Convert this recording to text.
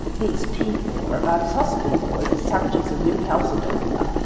these people are about as hospitable as the savages of new caledonia!